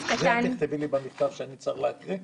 את זה תכתבי לי במכתב שאני צריך להקריא?